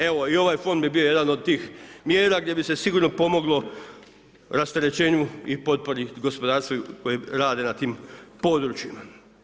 Evo i ovaj fond bi bio jedan od tih mjera, gdje bi se sigurno pomoglo rasterećenju i potpori gospodarstva koji rade na tim područjima.